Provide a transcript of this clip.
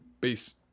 Peace